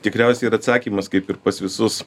tikriausiai ir atsakymas kaip ir pas visus